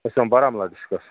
أسۍ یِوان بارہمولا ڈِسٹرٛکَس